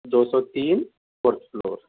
دو سو تین fourth floor